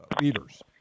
leaders